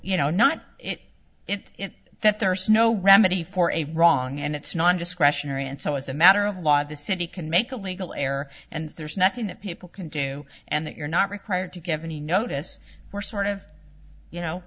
you know not it that there is no remedy for a wrong and it's not discretionary and so as a matter of law the city can make a legal error and there's nothing that people can do and that you're not required to give any notice or sort of you know